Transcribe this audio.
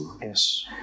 yes